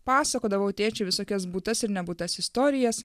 pasakodavau tėčiui visokias būtas ir nebūtas istorijas